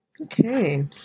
Okay